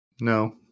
No